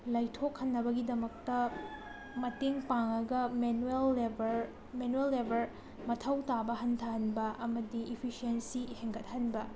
ꯂꯥꯏꯊꯣꯛꯍꯟꯅꯕꯒꯤꯗꯃꯛꯇ ꯃꯇꯦꯡ ꯄꯥꯡꯂꯒ ꯃꯦꯅꯨꯑꯦꯜ ꯂꯦꯕꯦꯜ ꯃꯦꯅꯨꯑꯦꯜ ꯂꯦꯕꯔ ꯃꯊꯧ ꯇꯥꯕ ꯍꯟꯊꯍꯟꯕ ꯑꯃꯗꯤ ꯏꯐꯤꯁꯦꯟꯁꯤ ꯍꯦꯟꯒꯠꯍꯟꯕ